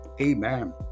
amen